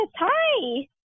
hi